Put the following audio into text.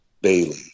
Bailey